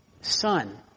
son